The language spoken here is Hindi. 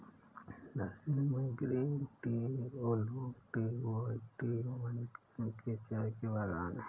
दार्जिलिंग में green tea, oolong tea, white tea एवं अन्य किस्म के चाय के बागान हैं